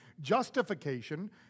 Justification